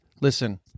Listen